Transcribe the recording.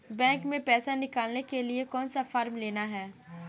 Bank में पैसा निकालने के लिए कौन सा फॉर्म लेना है?